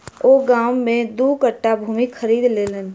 ओ गाम में दू कट्ठा भूमि खरीद लेलैन